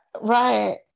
Right